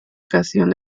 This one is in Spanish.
ocasión